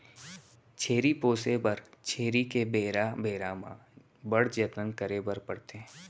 छेरी पोसे बर छेरी के बेरा बेरा म बड़ जतन करे बर परथे